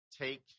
Take